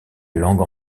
langue